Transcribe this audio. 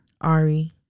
Ari